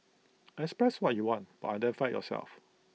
express what you want but identify yourself